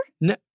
No